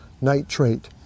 nitrate